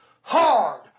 hard